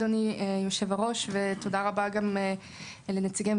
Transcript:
אדוני יושב-הראש ותודה רבה גם לנציגי משרד